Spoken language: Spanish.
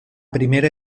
primera